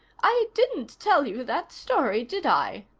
i didn't tell you that story, did i?